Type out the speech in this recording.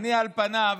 פניו,